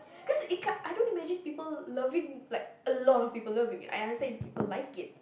cause it can't I don't imagine people loving like a lot of people loving it I understand if people like it